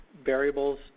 variables